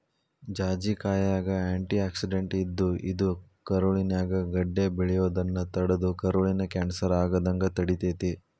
ಜಾಜಿಕಾಯಾಗ antioxidant ಇದ್ದು, ಇದು ಕರುಳಿನ್ಯಾಗ ಗಡ್ಡೆ ಬೆಳಿಯೋದನ್ನ ತಡದು ಕರುಳಿನ ಕ್ಯಾನ್ಸರ್ ಆಗದಂಗ ತಡಿತೇತಿ